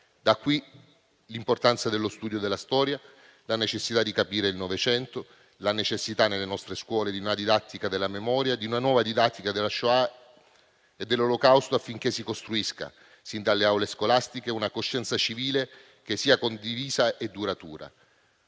Da qui l'importanza dello studio della storia, la necessità di capire il Novecento, la necessità nelle nostre scuole di una didattica della memoria, di una nuova didattica della Shoah e dell'Olocausto, affinché si costruisca sin dalle aule scolastiche una coscienza civile condivisa e duratura,